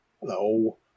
Hello